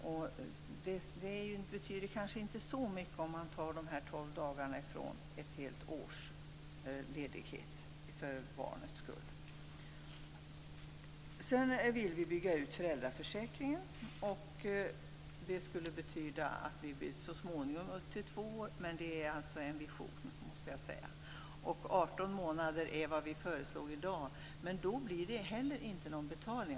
Det betyder kanske inte så mycket att ta de här tolv dagarna från ett helt års ledighet, för barnets skull. Vi skulle vilja bygga ut föräldraförsäkringen upp till två år så småningom - men det är bara en vision. 18 månader är vad vi föreslår i dag, men då blir det ingen betalning.